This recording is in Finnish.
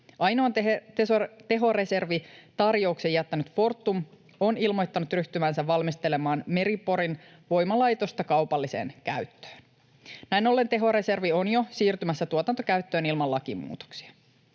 Ainoan tehoreservitarjouksen jättänyt Fortum on ilmoittanut ryhtyvänsä valmistelemaan Meri-Porin voimalaitosta kaupalliseen käyttöön. Näin ollen tehoreservi on jo siirtymässä tuotantokäyttöön ilman lakimuutoksia.